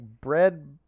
bread